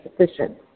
sufficient